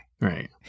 right